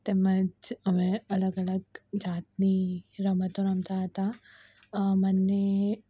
તેમ જ અમે અલગ અલગ જાતની રમતો રમતા હતા મને